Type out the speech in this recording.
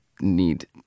need